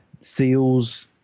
seals